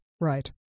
right